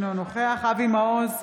אינו נוכח אבי מעוז,